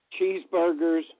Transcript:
cheeseburgers